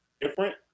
different